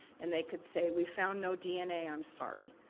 and they could say, we found no dna, i'm sorry.